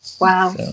Wow